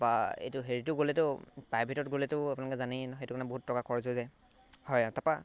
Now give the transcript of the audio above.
বা এইটো হেৰিটো গ'লেতো প্ৰাইভেটত গ'লেতো আপোনালোকে জানেই সেইটো কাৰণে বহুত টকা খৰচ হৈ যায় হয় তাপা